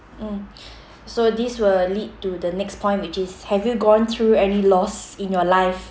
mm so this will lead to the next point which is have you gone through any loss in your life